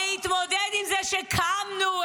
-- להתמודד עם זה שקמנו,